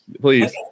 please